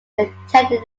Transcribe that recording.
attended